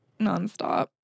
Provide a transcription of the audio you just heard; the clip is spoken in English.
nonstop